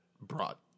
brought